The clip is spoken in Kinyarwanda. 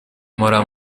mpora